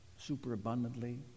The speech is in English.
superabundantly